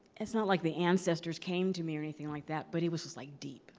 it's not like the ancestors came to me or anything like that, but it was just like deep